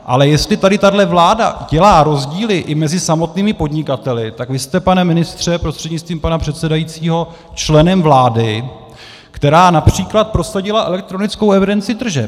Ale jestli tady tahle vláda dělá rozdíly i mezi samotnými podnikateli, tak vy jste, pane ministře prostřednictvím pana předsedajícího, členem vlády, která například prosadila elektronickou evidenci tržeb.